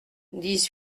dix